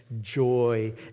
joy